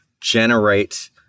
generate